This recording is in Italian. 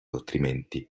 altrimenti